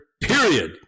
period